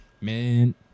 Man